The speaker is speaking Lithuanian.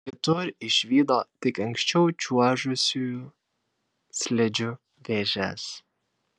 kitur išvydo tik anksčiau čiuožusiųjų slidžių vėžes